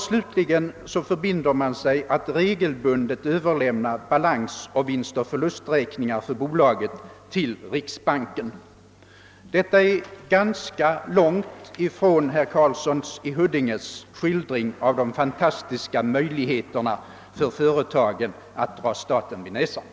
Slutligen förbinder man sig att regelbundet överlämna balansoch vinstoch förlusträkningar för bolaget till riksbanken. Detta är långt ifrån den skildring herr Karlsson i Huddinge gav av de fantastiska möjligheterna för företagen att dra staten vid näsan.